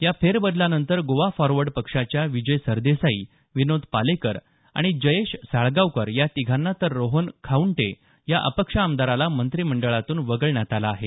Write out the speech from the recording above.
या फेरबदलानंतर गोवा फॉरवर्ड पक्षाच्या विजय सरदेसाई विनोद पालेकर आणि जयेश साळगावकर या तिघांना तर रोहन खाऊंटे या अपक्ष आमदाराला मंत्रिमंडळातून वगळण्यात आलं आहे